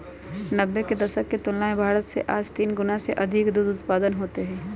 नब्बे के दशक के तुलना में भारत में आज तीन गुणा से अधिक दूध उत्पादन होते हई